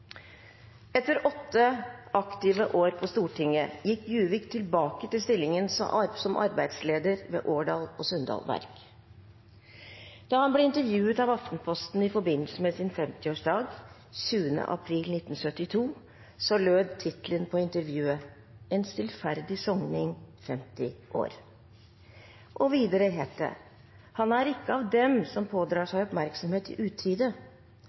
Etter åtte aktive år på Stortinget gikk Juvik tilbake til stillingen som arbeidsleder ved Årdal og Sunndal Verk. Da han ble intervjuet av Aftenposten i forbindelse med sin 50-årsdag 20. april 1972, lød tittelen på intervjuet: «En stillferdig sogning 50 år». Og videre het det: «Han er ikke av dem som pådrar seg oppmerksomhet i utide.